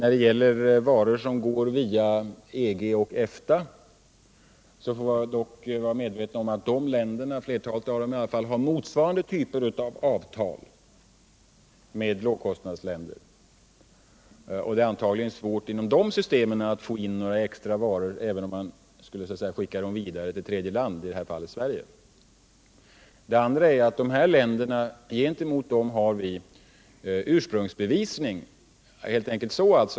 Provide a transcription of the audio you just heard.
När det gäller varor som kommer in via EG och EFTA skall man emellertid vara medveten om att flertalet medlemsländer har motsvarande typer av avtal med lågkostnadsländer, och det är antagligen svårt att inom de systemen få in några extra varor, även om man skulle skicka dem genom tredje land, i detta fall Sverige. Vi tillämpar gentemot dessa länder ett system med ursprungsbevisning.